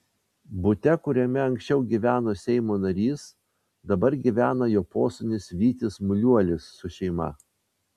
bute kuriame anksčiau gyveno seimo narys dabar gyvena jo posūnis vytis muliuolis su šeima